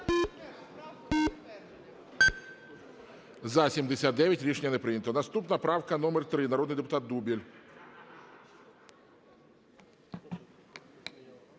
За-79 Рішення не прийнято. Наступна правка номер 3, народний депутат Дубіль.